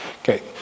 Okay